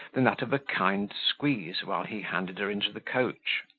than that of a kind squeeze while he handed her into the coach.